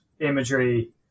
imagery